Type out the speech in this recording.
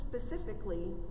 specifically